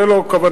זו לא כוונתנו.